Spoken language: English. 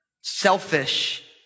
selfish